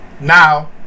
Now